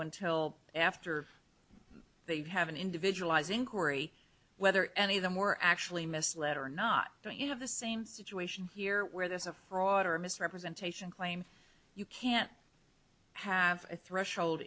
until after they haven't individualizing corey whether any of them were actually misled or not but you have the same situation here where there's a broader misrepresentation claim you can't have a threshold